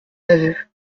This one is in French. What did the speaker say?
aveu